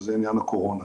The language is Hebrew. וזה עניין הקורונה.